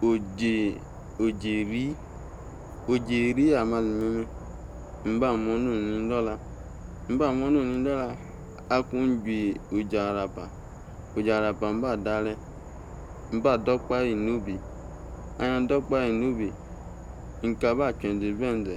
Oji oji eri eme mba muo̱ nom ni do̱la. Akun chu oji arapa, oji arapa mba de̱re̱, mba do, okpahe inobe. Inka ba chue̱ e̱nze ibi enze